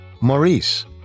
Maurice